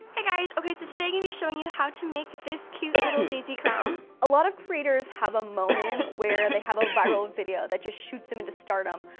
hey guys, okay, so today i'm gonna be showing you how to make this cute little daisy crown. a lot of creators have a moment where they have a viral video that just shoots them into stardom,